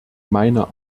meiner